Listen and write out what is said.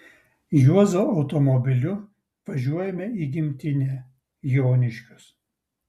juozo automobiliu važiuojame į gimtinę joniškius